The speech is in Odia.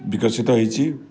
ବିକଶିତ ହେଇଛି